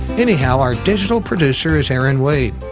anyhow, our digital producer is erin wade,